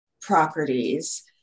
properties